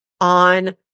on